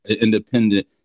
independent